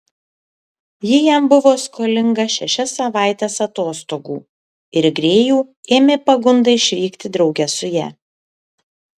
ji jam buvo skolinga šešias savaites atostogų ir grėjų ėmė pagunda išvykti drauge su ja